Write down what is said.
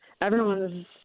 everyone's